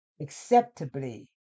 Acceptably